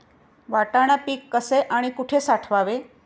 वाटाणा पीक कसे आणि कुठे साठवावे?